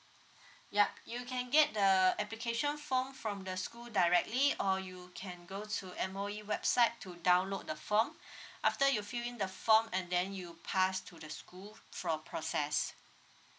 yup you can get the application form from the school directly or you can go to M_O_E website to download the form after you fill in the form and then you pass to the school for process